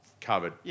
covered